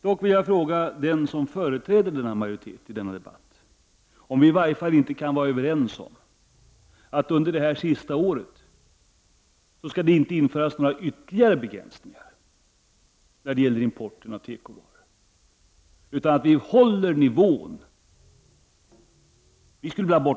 Dock vill jag fråga den som företräder majoriteten i denna debatt, om vi i varje fall inte kan vara överens om att det under det här sista året inte skall införas några ytterligare begränsningar när det gäller importen av tekovaror, utan att vi håller nivån.